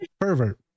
pervert